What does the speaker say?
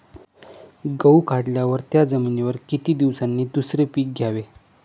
गहू काढल्यावर त्या जमिनीवर किती दिवसांनी दुसरे पीक घ्यावे?